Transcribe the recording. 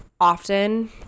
Often